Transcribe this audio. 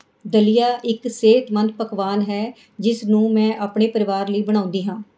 ਦਲੀਆ ਇੱਕ ਸਿਹਤਮੰਦ ਪਕਵਾਨ ਹੈ ਜਿਸਨੂੰ ਮੈਂ ਆਪਣੇ ਪਰਿਵਾਰ ਲਈ ਬਣਾਉਂਦੀ ਹਾਂ